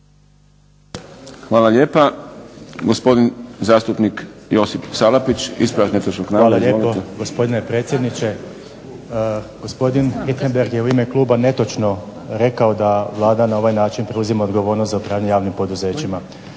Hvala lijepa. Gospodin zastupnik Josip Salapić, ispravak netočnog navoda. Izvolite. **Salapić, Josip (HDZ)** Hvala lijepo gospodine predsjedniče. Gospodin Richembergh je u ime kluba netočno rekao da Vlada na ovaj način preuzima odgovornost za upravljanje javnim poduzećima.